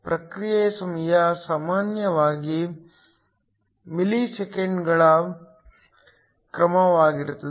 ಮತ್ತು ಪ್ರತಿಕ್ರಿಯೆ ಸಮಯವು ಸಾಮಾನ್ಯವಾಗಿ ಮಿಲಿಸೆಕೆಂಡುಗಳ ಕ್ರಮವಾಗಿರುತ್ತದೆ